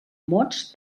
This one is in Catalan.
mots